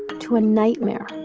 to a nightmare